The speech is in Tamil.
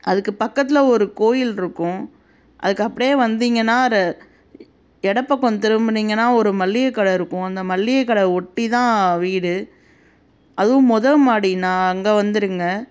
அதுக்கு பக்கத்தில் ஒரு கோயிலிருக்கும் அதுக்கு அப்படியே வந்திங்கன்னால் ஒரு இடப்பக்கம் திரும்புனிங்கன்னால் ஒரு மளிக கடை இருக்கும் அந்த மளிக கடை ஒட்டி தான் வீடு அதுவும் மொதல் மாடிண்ணா அங்கே வந்துடுங்க